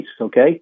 okay